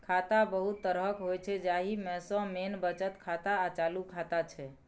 खाता बहुत तरहक होइ छै जाहि मे सँ मेन बचत खाता आ चालू खाता छै